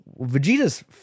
Vegeta's